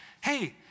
hey